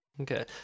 Okay